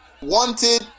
wanted